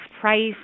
price